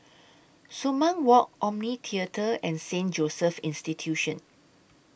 Sumang Walk Omni Theatre and Saint Joseph's Institution